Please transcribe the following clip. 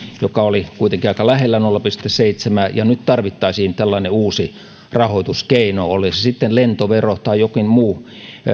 joka oli kuitenkin aika lähellä nolla pilkku seitsemää ja nyt tarvittaisiin tällainen uusi rahoituskeino oli se sitten lentovero tai jokin muu